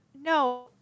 No